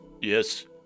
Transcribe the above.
Yes